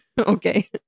Okay